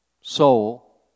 soul